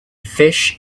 fish